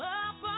up